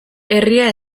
herria